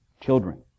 children